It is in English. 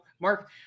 Mark